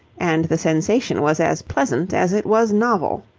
and the sensation was as pleasant as it was novel.